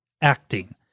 acting